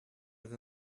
with